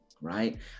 right